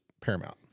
paramount